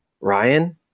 Ryan